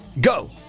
go